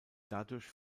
dadurch